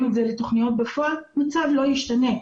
את זה לתכניות בפועל המצב לא ישתנה.